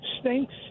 stinks